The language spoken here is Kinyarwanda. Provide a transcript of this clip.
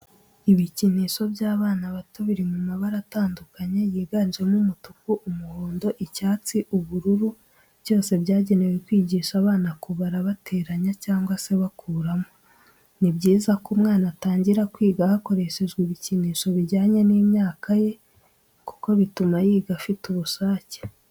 Ibikinisho by'abana bato biri mu mabara atandukanye yiganjemo umutuku, umuhondo, icyatsi, ubururu, byose byagenewe kwigisha abana kubara bateranya cyangwa se bakuramo. Ni byiza ko umwana atangira kwiga hakoreshejwe ibikinisho bijyanye n'imyaka ye kuko bituma yiga afite ubushake.